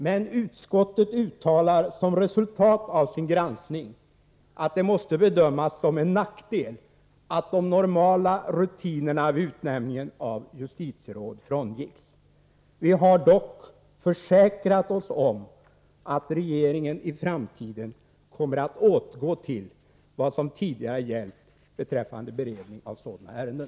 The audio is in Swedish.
Men utskottet uttalar som resultat av sin granskning att det måste bedömas som en nackdel att de normala rutinerna vid utnämning av justitieråd frångicks. Vi har dock försäkrat oss om att regeringen i framtiden kommer att återgå till vad som tidigare gällt beträffande beredning av sådana ärenden.